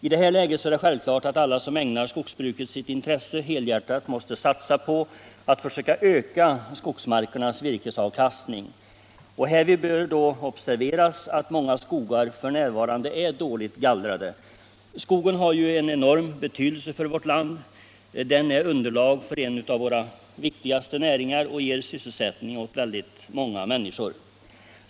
I det här läget är det självklart att alla som ägnar skogsbruket sitt intresse helhjärtat måste satsa på att försöka öka skogsmarkernas virkesavkastning. Härvid bör vi då observera att många skogar f. n. är dåligt gallrade. Skogen har en enorm betydelse för vårt land. Den är underlag för en av våra viktigaste näringar och ger sysselsättning åt ett stort antal människor.